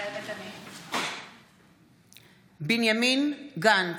מתחייבת אני בנימין גנץ,